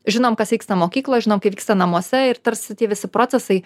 žinom kas vyksta mokykloj žinom kaip vyksta namuose ir tarsi visi procesai